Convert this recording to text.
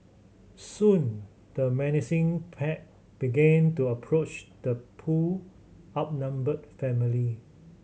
soon the menacing pack began to approach the poor outnumbered family